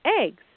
eggs